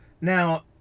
Now